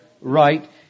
right